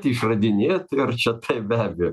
išradinėti ir čia taip be abejo